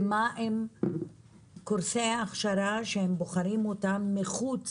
ומה עם קורסי ההכשרה שבוחרים אותם מחוץ